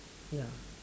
ya